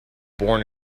born